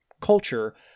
culture